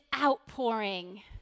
outpouring